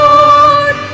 Lord